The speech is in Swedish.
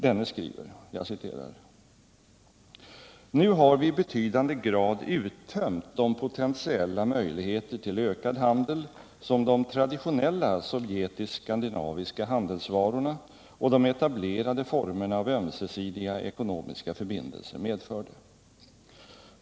Denne skriver: ”Nu har vi i betydande grad uttömt de potentiella möjligheter till ökad handel, som de traditionella sovjetisk-skandinaviska handelsvarorna och de etablerade formerna av ömsesidiga ekonomiska förbindelser medförde.